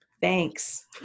Thanks